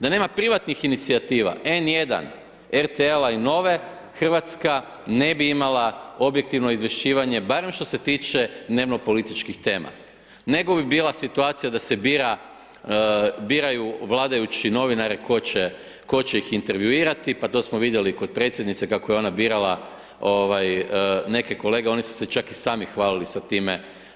Da nema privatnih inicijativa, N1, RTL-a i NOVA-e, Hrvatska ne bi imala objektivno izvješćivanje, barem što se tiče dnevno-političkih tema, nego bi bila situacija da se biraju vladajući novinari tko će ih intervjuirati, pa to smo vidjeli kod predsjednice, kako je ona birala neke kolege, oni su se čak i sami hvalili sa time.